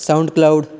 sound cloud